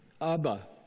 Abba